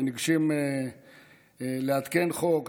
כשניגשים לעדכן חוק,